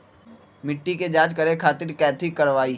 मिट्टी के जाँच करे खातिर कैथी करवाई?